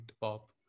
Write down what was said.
pop